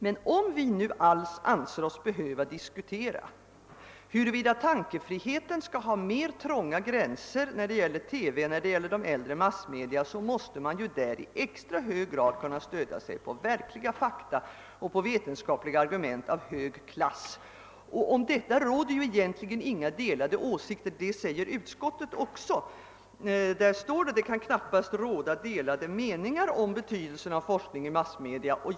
Men om vi nu anser oss behöva diskutera huruvida tankefriheten skall ha trängre gränser inom televisionen än inom äldre massmedia, måste vi därvid i extra hög grad kunna stödja oss på verkliga fakta, på vetenskapliga argument av hög klass. Om detta råder egentligen inga delade meningar. Det framhålles också av utskottet som i sitt utlåtande framhåller att »delade meningar kan knappast råda om betydelsen av forskning rörande massmedia». Herr talman!